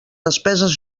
despeses